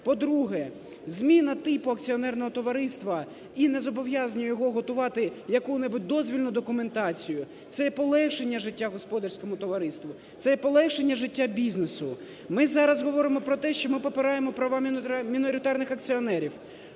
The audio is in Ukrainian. По-друге. Зміна типу акціонерного товариства і незобов'язання його готувати яку-небудь дозвільну документацію – це і полегшення життя господарському товариству, це і полегшення життя бізнесу. Ми зараз говоримо про те, що ми зараз попираємо права міноритарних акціонерів,